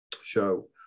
show